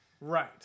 Right